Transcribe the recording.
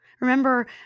Remember